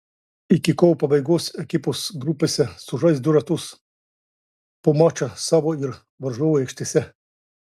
iki kovo pabaigos ekipos grupėse sužais du ratus po mačą savo ir varžovų aikštėse